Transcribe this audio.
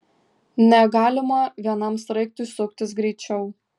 negalima vienam sraigtui suktis greičiau